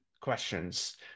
questions